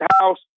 house